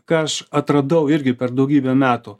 ką aš atradau irgi per daugybę metų